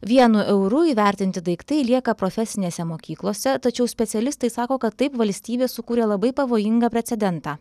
vienu euru įvertinti daiktai lieka profesinėse mokyklose tačiau specialistai sako kad taip valstybė sukūrė labai pavojingą precedentą